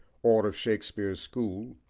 or of shakespeare's school,